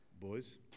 boys